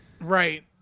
Right